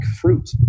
fruit